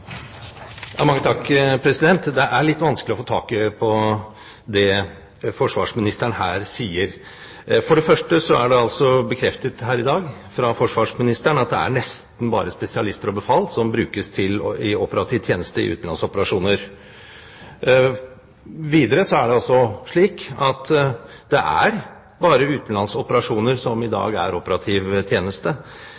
Det er litt vanskelig å få tak på det forsvarsministeren her sier. For det første er det bekreftet her i dag fra forsvarsministeren at det nesten bare er spesialister og befal som brukes i operativ tjeneste i utenlandsoperasjoner. Videre er det slik at det bare er utenlandsoperasjoner som i